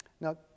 Now